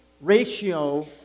ratio